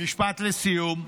משפט לסיום.